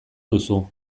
duzu